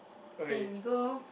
eh we go